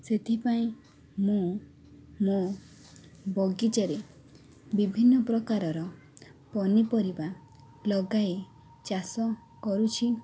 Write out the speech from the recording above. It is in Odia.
ସେଥିପାଇଁ ମୁଁ ମୋ ବଗିଚାରେ ବିଭିନ୍ନପ୍ରକାର ପନିପରିବା ଲଗାଇ ଚାଷ କରୁଛି